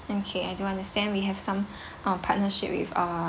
okay I do understand we have some um partnership with uh~